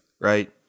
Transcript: right